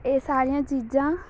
ਇਹ ਸਾਰੀਆਂ ਚੀਜ਼ਾਂ